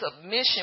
submission